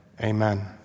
Amen